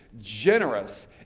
generous